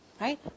Right